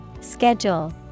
Schedule